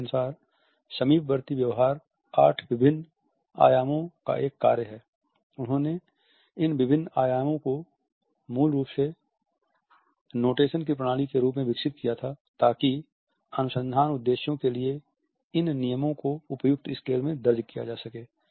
hall के अनुसार समीपवर्ती व्यवहार आठ विभिन्न आयामों का एक कार्य है उन्होंने इन विभिन्न आयामों को मूल रूप से नोटेशन की प्रणाली के रूप में विकसित किया था ताकि अनुसंधान उद्देश्यों के लिए इन आयामों को उपयुक्त स्केल में दर्ज किया जा सके